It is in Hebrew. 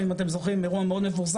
אבוקדו, אם אתם זוכרים, אירוע מאוד מפורסם.